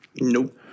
Nope